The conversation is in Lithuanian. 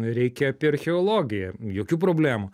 reikia apie archeologiją jokių problemų